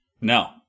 No